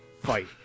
fight